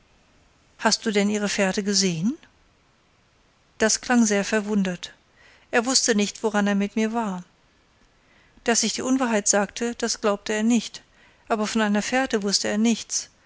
hast du denn ihre fährte gesehen das klang sehr verwundert er wußte nicht woran er mit mir war daß ich die unwahrheit sagte das glaubte er nicht aber von einer fährte wußte er nichts